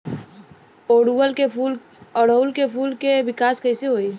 ओड़ुउल के फूल के विकास कैसे होई?